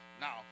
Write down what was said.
Now